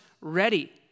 ready